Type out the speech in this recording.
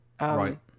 right